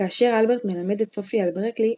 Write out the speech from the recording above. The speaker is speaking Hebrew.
כאשר אלברט מלמד את סופי על ברקלי,